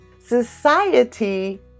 Society